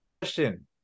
question